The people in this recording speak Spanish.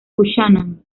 buchanan